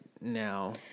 now